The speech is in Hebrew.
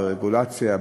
ברגולציה,